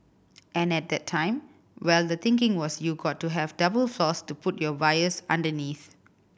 and at that time well the thinking was you got to have double floors to put your wires underneath